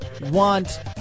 want